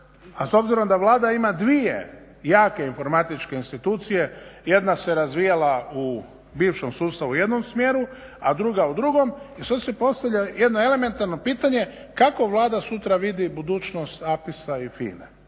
a s obzirom da Vlada ima dvije jake informatičke institucije, jedna se razvijala u bivšem sustavu u jednom smjeru, a druga u drugom i sad se postavlja jedno elementarno pitanje, kako Vlada sutra vidi budućnost APIS-a i FINA-e?